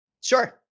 Sure